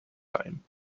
time